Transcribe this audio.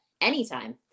anytime